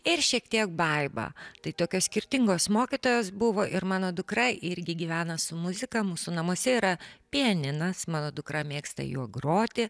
ir šiek tiek baiba tai tokios skirtingos mokytojos buvo ir mano dukra irgi gyvena su muzika mūsų namuose yra pianinas mano dukra mėgsta juo groti